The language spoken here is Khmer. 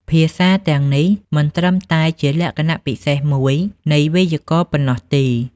ភាសាទាំងនេះមិនត្រឹមតែជាលក្ខណៈពិសេសមួយនៃវេយ្យាករណ៍ប៉ុណ្ណោះទេ។